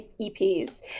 EPs